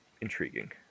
intriguing